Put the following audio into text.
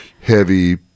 heavy